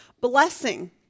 blessing